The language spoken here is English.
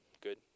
good